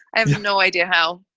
i have no idea how.